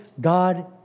God